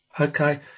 Okay